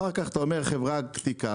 אחר-כך אתה הולך לחברת בדיקה,